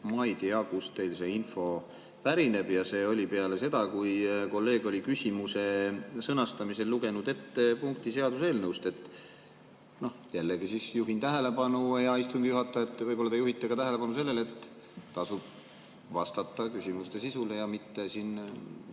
ma ei tea, kust teil see info pärineb. See oli peale seda, kui kolleeg oli küsimuse sõnastamisel lugenud ette punkti seaduseelnõust. Jällegi ma juhin tähelepanu, hea istungi juhataja, et võib-olla te juhite ka tähelepanu sellele, et tasub vastata küsimuste sisule ja mitte